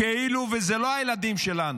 כאילו שזה לא הילדים שלנו,